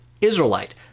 Israelite